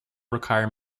require